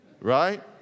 Right